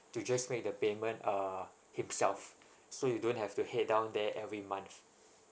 to just make the payment err himself so you don't have to head down there every month